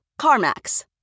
CarMax